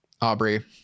Aubrey